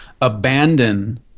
abandon